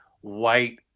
white